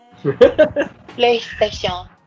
PlayStation